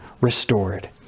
restored